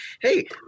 hey